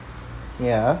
ya